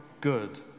good